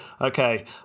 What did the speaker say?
Okay